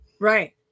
right